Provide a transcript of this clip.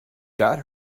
got